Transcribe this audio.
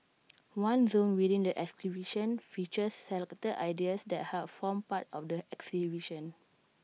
one zone within the exhibition features selected ideas that helped form part of the exhibition